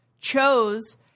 chose